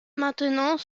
maintenant